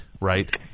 right